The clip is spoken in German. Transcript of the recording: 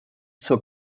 zur